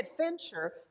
adventure